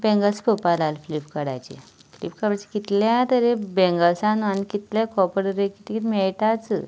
आनी बँगल्सां पळोवपा लागलें फ्लिपकाटाचेर फ्लिपकाटाचेर कितल्या तरेची बँगल्सां आनी कितले कपडे रे किद किद मेळटाच